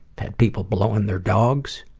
had people blowing their dogs.